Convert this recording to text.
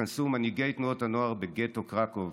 התכנסו מנהיגי תנועות הנוער בגטו קרקוב,